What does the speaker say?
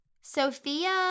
Sophia